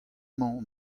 mañ